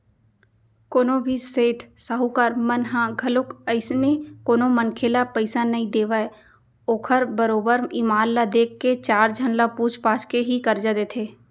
कोनो भी सेठ साहूकार मन ह घलोक अइसने कोनो मनखे ल पइसा नइ देवय ओखर बरोबर ईमान ल देख के चार झन ल पूछ पाछ के ही करजा देथे